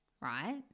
right